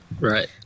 Right